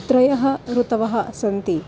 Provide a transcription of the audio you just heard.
त्रयः ऋतवः सन्ति